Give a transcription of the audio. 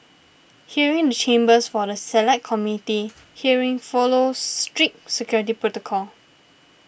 hearing the chambers for the Select Committee hearing follows strict security protocol